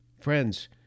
Friends